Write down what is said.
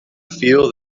feel